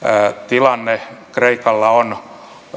tilanne kreikalla on